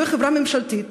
זוהי חברה ממשלתית,